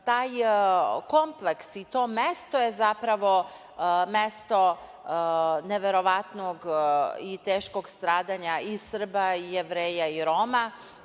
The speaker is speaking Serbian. taj kompleks i to mesto je zapravo mesto neverovatnog i teškog stradanja i Srba, i Jevreja, i Roma,